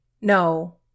no